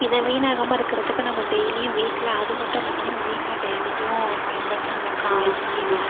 இதே வீணாகமல் இருக்கிறதுக்கு நம்ம டெயிலியும் வீட்டில் அது மட்டும் இல்லாமல் நம்ம வீட்டில் டெயிலியும் பயன்படுத்துகிற அந்த காய்